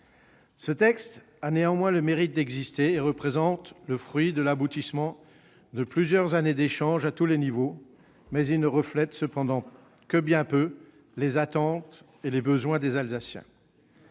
Ce texte a néanmoins le mérite d'exister et représente le fruit de l'aboutissement de plusieurs années d'échanges à tous les niveaux. Toutefois, il ne reflète que bien peu les attentes et les besoins des Alsaciens.